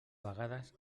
vegades